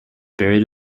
buried